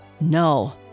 No